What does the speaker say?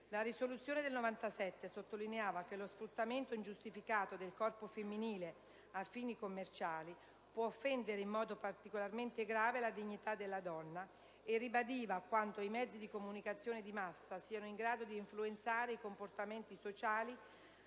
La risoluzione del 1997 sottolineava che lo sfruttamento ingiustificato del corpo femminile a fini commerciali può offendere in modo particolarmente grave la dignità della donna, e ribadiva quanto i mezzi di comunicazione di massa siano in grado di influenzare i comportamenti sociali